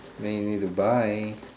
then you need to buy